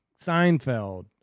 Seinfeld